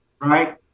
right